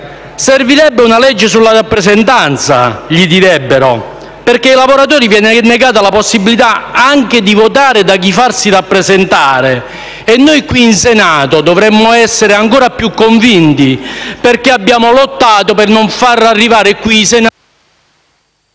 Servirebbe una legge sulla rappresentanza, gli direbbero, perché ai lavoratori viene negata la possibilità anche di votare da chi farsi rappresentare e noi qui in Senato dovremmo essere ancora più convinti di questo. *(Il microfono si disattiva